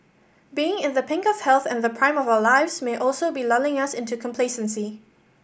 being in the pink of health and the prime of our lives may also be lulling us into complacency